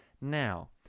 Now